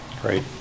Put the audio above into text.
great